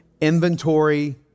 Inventory